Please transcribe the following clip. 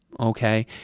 okay